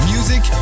Music